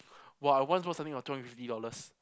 !wah! I once selling for two hundred fifty dollars